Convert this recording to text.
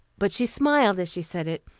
but she smiled as she said it,